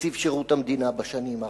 שנציב שירות המדינה מפעיל בשנים האחרונות,